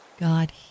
God